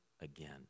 again